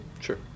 Sure